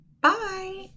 Bye